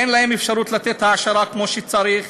אין להם אפשרות לתת העשרה כמו שצריך,